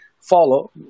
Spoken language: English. follow